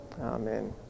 amen